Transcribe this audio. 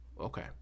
okay